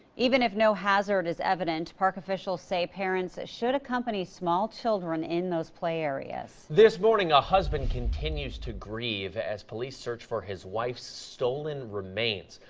even if no hazard is evident, park officials say parents should accompany small children in those play areas. trevor this morning, a husband continues to grieve, as police search for his wife's stolen remains.